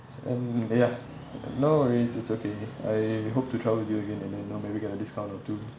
um ya no worries it's okay I hope to travel with you again and then you know maybe get a discount or two